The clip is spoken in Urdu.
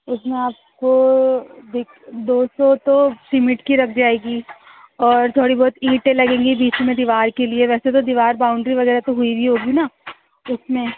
اس میں آپ کو دو سو تو سیمٹ کی لگ جائے گی اور تھوڑی بہت اینٹیں لگیں گی بیچ میں دیوار کے لیے ویسے تو دیوار باؤنڈری وغیرہ تو ہوئی وی ہوگی نا اس میں